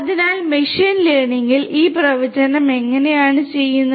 അതിനാൽ മെഷീൻ ലേണിംഗിൽ ഈ പ്രവചനം എങ്ങനെയാണ് ചെയ്യുന്നത്